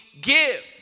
give